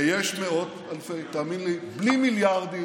ויש מאות אלפי, תאמין לי, בלי מיליארדים,